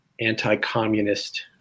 anti-communist